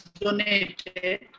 donated